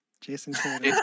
Jason